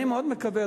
אני מאוד מקווה,